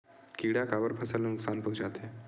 किड़ा काबर फसल ल नुकसान पहुचाथे?